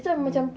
hmm